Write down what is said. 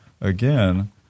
again